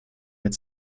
mit